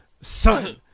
son